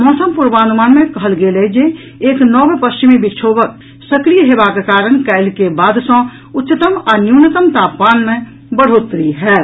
मौसम पूर्वानुमान मे कहल गेल अछि जे एक नव पश्चिमी विक्षोभक सक्रिय हेबाक कारण काल्हि के बाद सँ उच्चतम आ न्यूनतम तापमान मे बढ़ोतरी होयत